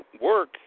work